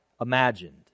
imagined